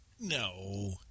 No